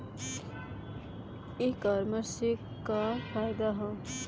ई कामर्स से का फायदा ह?